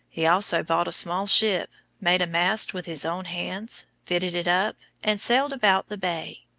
he also bought a small ship, made a mast with his own hands, fitted it up, and sailed about the bay.